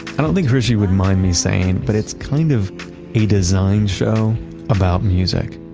i don't think hrishi would mind me saying, but it's kind of a design show about music.